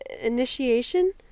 initiation